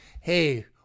hey